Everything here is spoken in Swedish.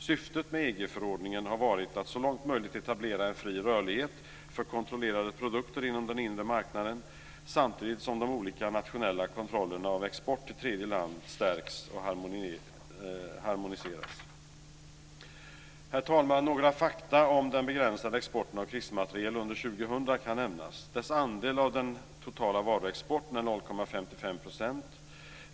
Syftet med EG-förordningen har varit att så långt som möjligt etablera fri rörlighet för kontrollerade produkter inom den inre marknaden, samtidigt som de olika nationella kontrollerna av export till tredje land stärks och harmoniseras. Herr talman! Några fakta om den begränsade exporten av krigsmateriel under år 2000 kan nämnas.